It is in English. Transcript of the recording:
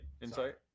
insight